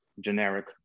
generic